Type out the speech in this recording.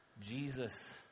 Jesus